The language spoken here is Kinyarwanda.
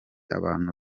abantu